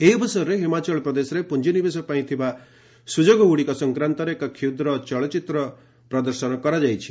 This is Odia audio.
ଏହି ଅବସରରେ ହିମାଚଳ ପ୍ରଦେଶରେ ପୁଞ୍ଜିନିବେଶ ପାଇଁ ଥିବା ସୁଯୋଗଗୁଡ଼ିକ ସଂକ୍ରାନ୍ତରେ ଏକ କ୍ଷୁଦ୍ର ଚଳଚ୍ଚିତ୍ର ପ୍ରଦର୍ଶନ କରାଯାଇଛି